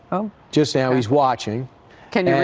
so just so he's watching can you